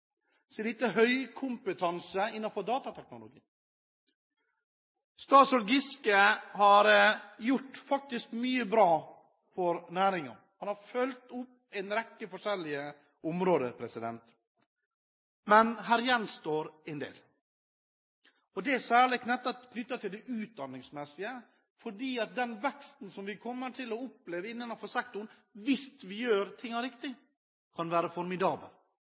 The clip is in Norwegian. så er det høykompetanse innenfor datateknologi. Statsråd Giske har faktisk gjort mye bra for næringen. Han har fulgt opp på en rekke forskjellige områder. Men det gjenstår en del, og det er særlig knyttet til utdanning. Den veksten vi kommer til å oppleve innenfor sektoren hvis vi gjør tingene riktig, kan være formidabel.